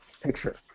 picture